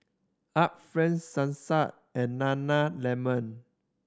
Art Friend Sasa and Nana Lemon